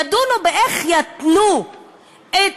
ידונו איך יתנו את